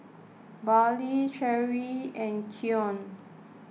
Bradly Cheri and Keion